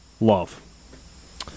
Love